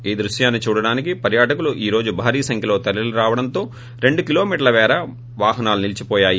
ఈ దృశ్యాన్ని చూడడానికి పర్యాటకులు ఈ రోజు భారీ సంఖ్యలో తరలి రావడంతో రెండు కిలోమీటర్ల మేర వాహనాలు నిలిచిపోయాయి